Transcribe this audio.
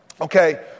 Okay